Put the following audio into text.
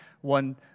one